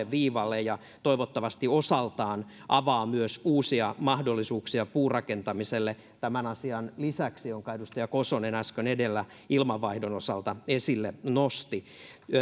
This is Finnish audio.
viivalle ja toivottavasti osaltaan avaa myös uusia mahdollisuuksia puurakentamiselle tämän asian lisäksi jonka edustaja kosonen äsken edellä ilmanvaihdon osalta esille nosti